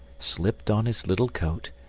slipped on his little coat,